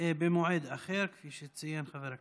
במועד אחר, כפי שציין חבר הכנסת.